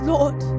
Lord